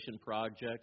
project